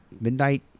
Midnight